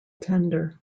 tender